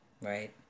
right